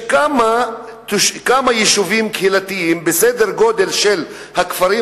כמה יישובים קהילתיים בסדר-גודל של הכפרים